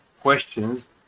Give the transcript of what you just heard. questions